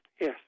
yes